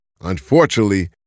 Unfortunately